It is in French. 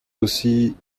aussi